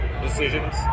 decisions